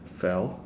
fell